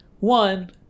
One